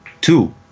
two